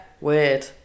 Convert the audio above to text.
Weird